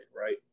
right